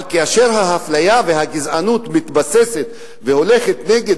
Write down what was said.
אבל כאשר האפליה והגזענות מתבססות והולכות נגד